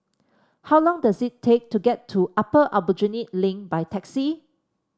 how long does it take to get to Upper Aljunied Link by taxi